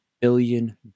billion